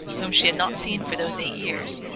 whom she had not seen for those eight years,